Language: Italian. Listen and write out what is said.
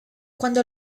quando